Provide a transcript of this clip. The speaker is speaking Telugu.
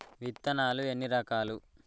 విత్తనాలు ఎన్ని రకాలు?